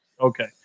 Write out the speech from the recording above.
okay